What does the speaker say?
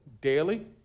daily